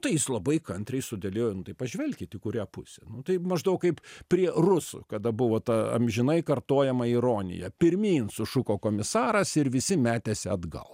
tai jis labai kantriai sudėliojo nu tai pažvelkit į kurią pusę tai maždaug kaip prie rusų kada buvo ta amžinai kartojama ironija pirmyn sušuko komisaras ir visi metėsi atgal